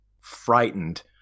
frightened